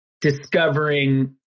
discovering